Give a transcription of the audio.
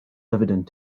evident